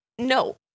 No